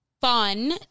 Fun